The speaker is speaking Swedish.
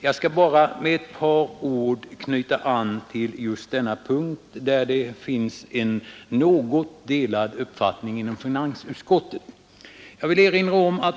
Jag skall med ett par ord knyta an till just denna punkt, där det finns något delade uppfattningar inom finansutskottet.